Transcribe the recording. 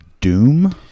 doom